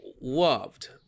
loved